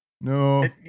No